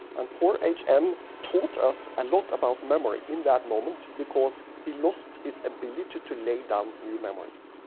and poor h. m. taught us a lot about memory in that moment because he lost his ability to to lay down new memories.